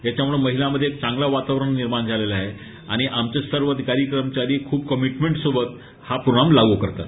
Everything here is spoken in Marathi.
त्याच्याम्ळे महीलांमध्ये एक चांगला वातावरण निर्माण झाले आहे आणि आमच्या सर्व अधिकारी कर्मचारी ख्प कमिटमेंट सोबत हा प्रोगाम लागू करतात